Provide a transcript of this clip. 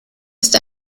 ist